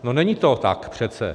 No, není to tak, přece.